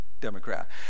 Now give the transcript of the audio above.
Democrat